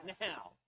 Now